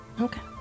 Okay